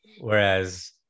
Whereas